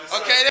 Okay